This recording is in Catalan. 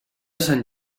sant